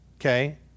okay